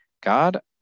God